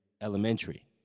Elementary